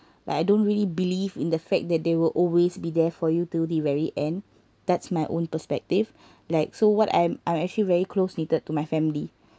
like I don't really believe in the fact that they will always be there for you till the very end that's my own perspective like so what I I'm actually very close knitted to my family